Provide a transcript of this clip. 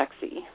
sexy